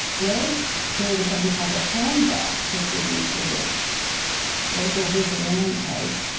they created something call the home guard which were these sort of local vigilante types,